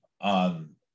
on